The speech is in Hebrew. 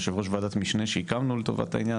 יושב ראש ועדת משנה שהקמנו לטובת העניין,